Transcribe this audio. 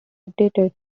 updated